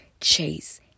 chase